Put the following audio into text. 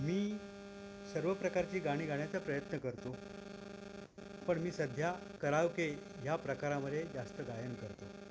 मी सर्व प्रकारची गाणी गाण्याचा प्रयत्न करतो पण मी सध्या करावके ह्या प्रकारामध्ये जास्त गायन करतो